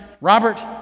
Robert